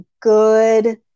good